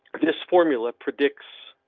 this formula predicts.